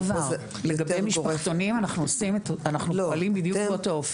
לגבי משפחתונים אנחנו פועלים בדיוק באותו אופן.